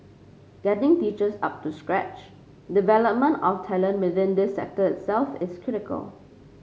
getting teachers up to scratch development of talent within this sector itself is critical